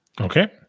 Okay